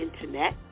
internet